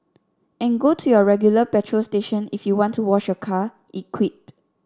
and go to your regular petrol station if you want to wash your car it quipped